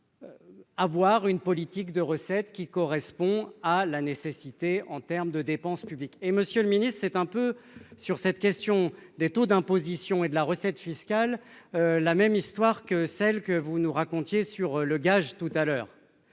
pas. Avoir une politique de recettes qui correspond à la nécessité, en terme de dépenses publiques et Monsieur le Ministre, c'est un peu sur cette question des taux d'imposition et de la recette fiscale la même histoire que celle que vous nous racontiez sur le gage tout à l'heure